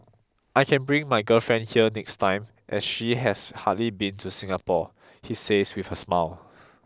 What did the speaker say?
I can bring my girlfriend here next time as she has hardly been to Singapore he says with a smile